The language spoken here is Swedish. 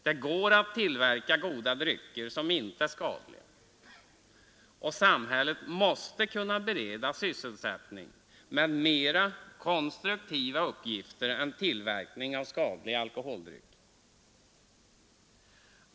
Det går att tillverka goda drycker som inte är skadliga, och samhället måste kunna bereda sysselsättning med mera konstruktiva uppgifter än tillverkning av skadliga alkoholdrycker.